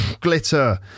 glitter